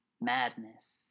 madness